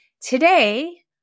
Today